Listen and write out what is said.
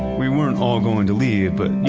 we weren't all going to leave, but you